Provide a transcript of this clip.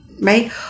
right